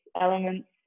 elements